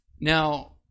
now